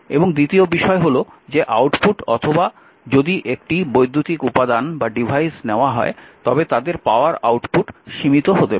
এবং দ্বিতীয় বিষয় হল যে আউটপুট অথবা যদি একটি বৈদ্যুতিক উপাদান বা ডিভাইস নেওয়া হয় তবে তাদের পাওয়ার আউটপুট সীমিত হতে পারে